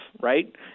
right